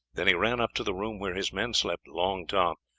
then he ran up to the room where his men slept. long tom,